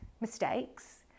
mistakes